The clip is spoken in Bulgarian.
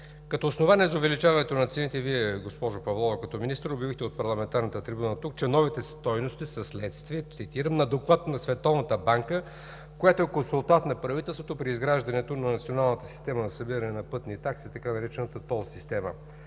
Като основание за увеличаването на цените, Вие госпожо Павлова, като министър, обявихте от парламентарната трибуна, че новите стойности са следствие на доклад на Световната банка, която е консултант на правителството при изграждането на Националната система за събиране на пътни такси, така наречена ТОЛ система.